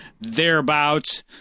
Thereabouts